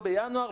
לא בינואר,